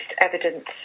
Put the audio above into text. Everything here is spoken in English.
evidence